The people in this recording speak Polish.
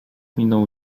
minął